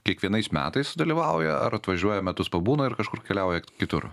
kiekvienais metais dalyvauja ar atvažiuoja metus pabūna ir kažkur keliauja kitur